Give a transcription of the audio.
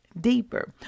deeper